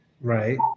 Right